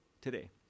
today